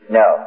no